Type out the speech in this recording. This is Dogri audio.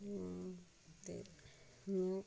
ते